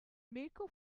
mirco